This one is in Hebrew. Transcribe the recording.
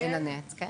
כחוק.